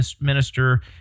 Minister